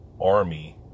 ...army